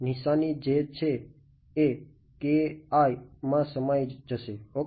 નિશાની જે છે એ માં સમાઈ જશે ઓકે